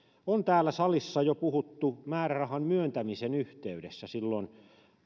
on täällä salissa jo puhuttu määrärahan myöntämisen yhteydessä silloin